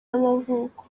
y’amavuko